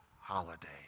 holiday